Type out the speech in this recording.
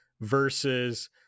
versus